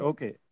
Okay